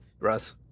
Russ